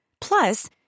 Plus